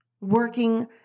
working